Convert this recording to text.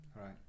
Right